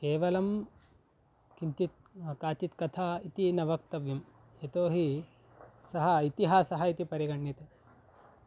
केवलं किञ्चित् काचित् कथा इति न वक्तव्यं यतोहि सः इतिहासः इति परिगण्यते